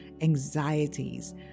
anxieties